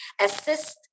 assist